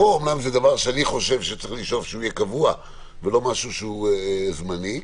דבר שיש לשאוף שיהיה קבוע ולא זמני,